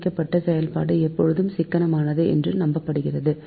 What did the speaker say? இணைக்கப்பட்ட செயல்பாடு எப்போதும் சிக்கனமானது மற்றும் நம்பகமானது